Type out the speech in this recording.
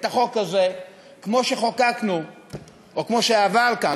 החוק הזה כמו שחוקקנו או כמו שעבר כאן,